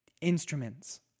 instruments